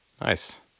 Nice